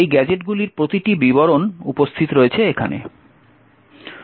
এই গ্যাজেটগুলির প্রতিটির বিবরণ উপস্থিত রয়েছে এখানে